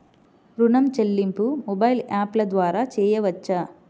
ఋణం చెల్లింపు మొబైల్ యాప్ల ద్వార చేయవచ్చా?